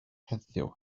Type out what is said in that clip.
heddiw